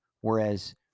Whereas